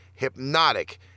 Hypnotic